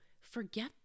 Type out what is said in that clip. forget